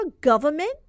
government